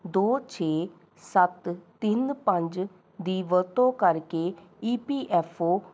ਦੋ ਛੇ ਸੱਤ ਤਿੰਨ ਪੰਜ ਦੀ ਵਰਤੋਂ ਕਰਕੇ ਈ ਪੀ ਐੱਫ ਓ